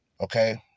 Okay